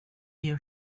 you